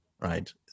right